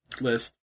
list